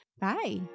Bye